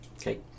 okay